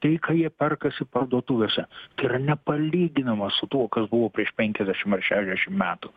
tai ką jie perkasi parduotuvėse tai yra nepalyginama su tuo kas buvo prieš penkiasdešim ar šešiasdešim metų